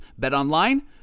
BetOnline